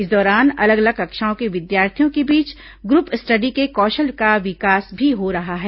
इस दौरान अलग अलग कक्षाओं के विद्यार्थियों के बीच ग्रुप स्टडी के कौशल का विकास भी हो रहा है